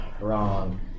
wrong